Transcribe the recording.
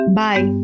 bye